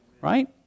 right